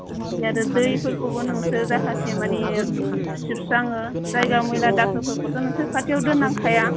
माखासे आरो दैफोरखौबो जाहाथे माने सिबस्राङो जायगा मैला दाखोरफोरखौ' नोंसोर खाथियाव दोननांखाया